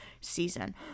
season